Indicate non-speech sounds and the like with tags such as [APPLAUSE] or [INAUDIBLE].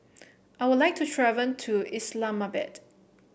I would like to [UNINTELLIGIBLE] to Islamabad